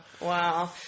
Wow